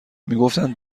میگفتند